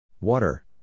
Water